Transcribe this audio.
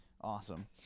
awesome